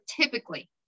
typically